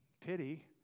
pity